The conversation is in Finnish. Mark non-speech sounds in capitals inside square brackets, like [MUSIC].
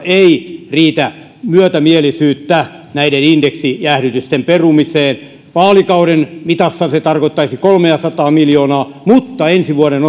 ei riitä myötämielisyyttä näiden indeksijäädytysten perumiseen vaalikauden mitassa se tarkoittaisi kolmeasataa miljoonaa mutta ensi vuoden [UNINTELLIGIBLE]